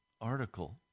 article